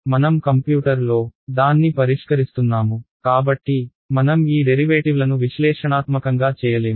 మనం కంప్యూటర్లో దాన్ని పరిష్కరిస్తున్నాము కాబట్టి మనం ఈ డెరివేటివ్లను విశ్లేషణాత్మకంగా చేయలేము